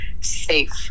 safe